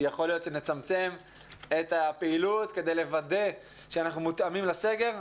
יכול להיות שנצמצם פעילות כדי לוודא שאנחנו מותאמים לסגר,